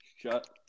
Shut